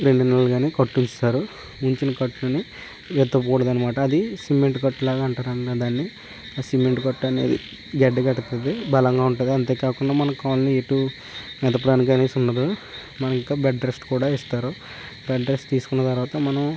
రెండు నెలలు కానీ కట్టి ఉంచుతారు ఉంచి కట్టుని విప్పకూడదు అన్నమాట అది సిమెంట్ కట్టు లాగా అంటారు దాన్ని ఆ సిమెంట్ కట్టు అనేది గడ్డ కడుతుంది బలంగా ఉంటుంది అంతేకాకుండా మనకు అవన్నీ ఎటు మెదపడానికి అనేసి ఉండదు మన ఇంకా బెడ్ రెస్ట్ కూడా ఇస్తారు బెడ్ రెస్ట్ తీసుకున్న తరువాత మనం